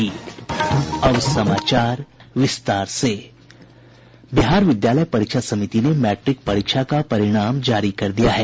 बिहार विद्यालय परीक्षा समिति ने मैट्रिक परीक्षा का परिणाम जारी कर दिया है